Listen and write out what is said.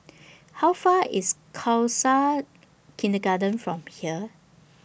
How Far away IS Khalsa Kindergarten from here